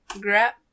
grab